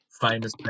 famous